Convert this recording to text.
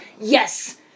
Yes